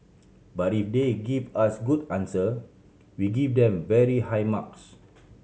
but if they give us good answer we give them very high marks